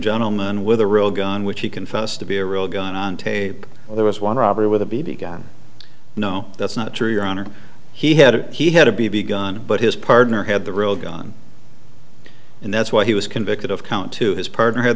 gentleman with a real gun which he confessed to be a real gun on tape there was one robbery with a b b gun no that's not true your honor he had it he had a b b gun but his partner had the real gun and that's what he was convicted of count two his partner had